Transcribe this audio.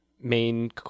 main